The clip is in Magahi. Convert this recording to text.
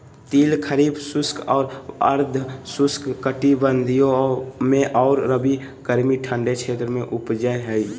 तिल खरीफ शुष्क और अर्ध शुष्क कटिबंधों में और रबी गर्मी ठंडे क्षेत्रों में उपजै हइ